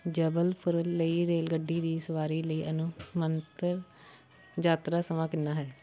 ਜਬਲਪੁਰ ਲਈ ਰੇਲਗੱਡੀ ਦੀ ਸਵਾਰੀ ਲਈ ਅਨੁਮਾਨਿਤ ਯਾਤਰਾ ਸਮਾਂ ਕਿੰਨਾ ਹੈ